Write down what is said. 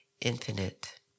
infinite